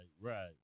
right